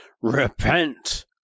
Repent